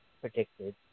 predicted